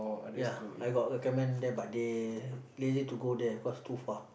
ya I got recommend there but they lazy to go there cause too far